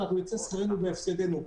נצא שכרנו בהפסדנו.